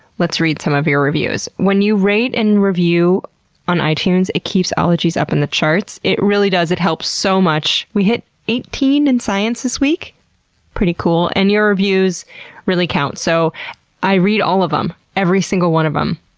let's read some of your reviews. when you rate and review on itunes, it keeps ologies up in the charts. it really does, it helps so much. we hit eighteen in science this week pretty cool and your reviews really count. so i read all of them. every single one of them.